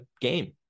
game